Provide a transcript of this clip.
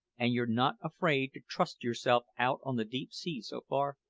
and you're not afraid to trust yourself out on the deep sea so far?